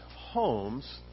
homes